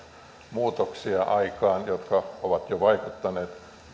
muutoksia jotka ovat jo vaikuttaneet